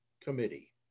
Committee